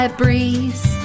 breeze